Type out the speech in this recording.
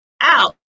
out